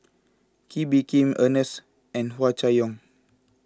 Kee Bee Khim Ernest and Hua Chai Yong